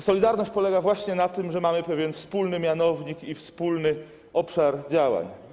Solidarność polega właśnie na tym, że mamy pewien wspólny mianownik, wspólny obszar działań.